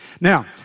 Now